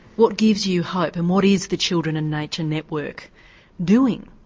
what gives you hope and what is the children and nature network doing?